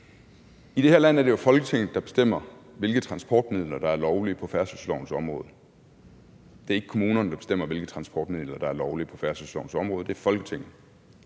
I det her land er det jo Folketinget, der bestemmer, hvilke transportmidler der er lovlige på færdselslovens område. Det er ikke kommunerne, der bestemmer, hvilke transportmidler der er lovlige på færdselslovens område. Det er Folketinget.